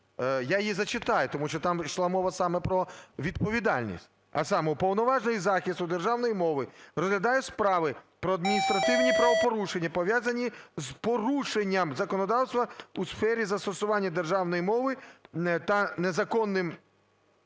Я її зачитаю, тому що там ішла мова саме про відповідальність. А саме: "Уповноважений із захисту державної мови розглядає справи про адміністративні правопорушення, пов’язані з порушенням законодавства у сфері застосування державної мови та невиконанням